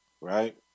right